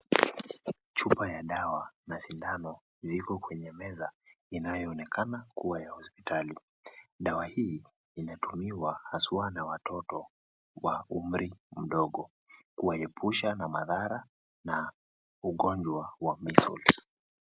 Chupa ya dawa na sindano ziko kwenye meza inayoonekana kuwa ya hospitali . Dawa hii inatumiwa haswa na watoto wa umri mdogo kuwaepusha na madhara na ugonjwa wa measles .